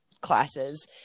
classes